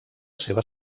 seva